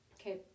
Okay